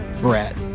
Brett